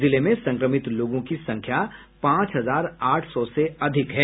जिले में संक्रमित लोगों की कुल संख्या पांच हजार आठ सौ से अधिक है